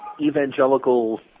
evangelical